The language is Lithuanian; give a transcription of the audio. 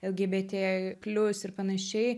lgbt plius ir panašiai